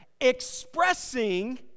Expressing